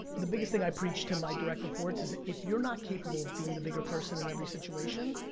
the biggest thing i preach to my direct reports is if you're not capable of being the bigger person in every situation,